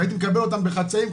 והייתי מקבל אותם בחצאים,